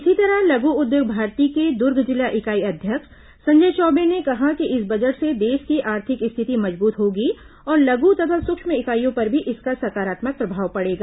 इसी तरह लघु उद्योग भारती के दुर्ग जिला इकाई अध्यक्ष संजय चौबे ने कहा कि इस बजट से देश की आर्थिक स्थिति मजबूत होगी और लघु तथा सूक्ष्म इकाइयों पर भी इसका सकारात्मक प्रभाव पड़ेगा